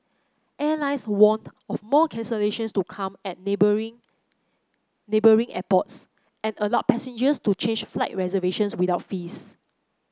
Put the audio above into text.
airlines warned of more cancellations to come at neighbouring neighbouring airports and allowed passengers to change flight reservations without fees